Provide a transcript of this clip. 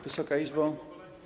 Wysoka Izbo!